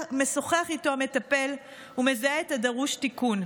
משוחח איתו המטפל ומזהה את הדרוש תיקון.